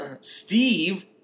Steve